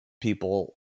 people